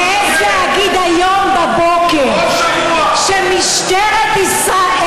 מעז להגיד היום בבוקר שמשטרת ישראל,